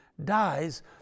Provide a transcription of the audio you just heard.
dies